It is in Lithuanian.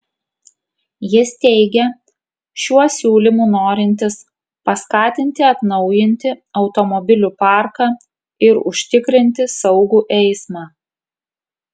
jis teigia šiuo siūlymu norintis paskatinti atnaujinti automobilių parką ir užtikrinti saugų eismą